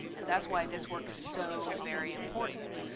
and that's why this work is so very important,